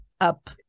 up